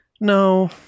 No